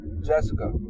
Jessica